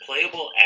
playable